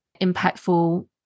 impactful